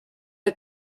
are